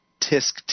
tisk